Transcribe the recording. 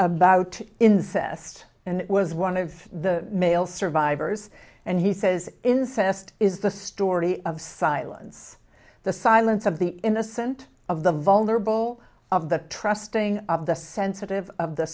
about incest and it was one of the male survivors and he says incest is the story of silence the silence of the innocent of the vulnerable of the trusting of the sensitive of the